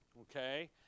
okay